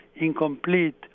incomplete